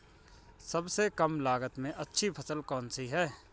सबसे कम लागत में अच्छी फसल कौन सी है?